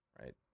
right